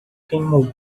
queimou